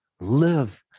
Live